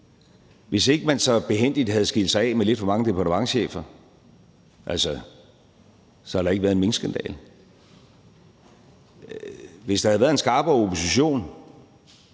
Hvis ikke man så behændigt havde skilt sig af med lidt for mange departementschefer, havde der ikke være en minkskandale. Hvis der havde været en skarpere opposition